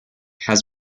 has